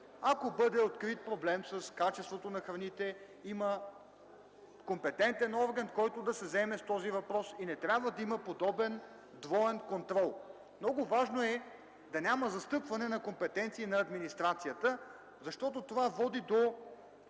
ако бъде открит проблем с качеството на храните, има компетентен орган, който да се заеме с този въпрос, и не трябва да има подобен двоен контрол. Много важно е да няма застъпване на компетенции на администрацията, защото това води